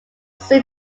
seen